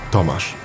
Tomasz